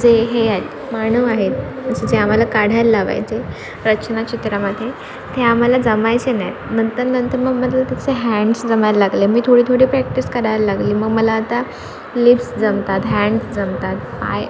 जे हे आहेत मानव आहेत जे आम्हाला काढायला लावायचे रचनाचित्रामध्ये ते आम्हाला जमायचे नाहीत नंतर नंतर मग मात्र त्याचे हॅण्डस जमायला लागले मी थोडी थोडी प्रॅक्टिस करायला लागले मग मला आता लिप्स जमतात हॅण्डस जमतात पाय